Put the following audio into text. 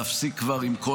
להפסיק עם כל